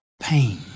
pain